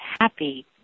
happy